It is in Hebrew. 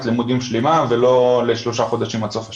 לימודים שלמה ולא לשלושה חודשים עד סוף השנה.